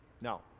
now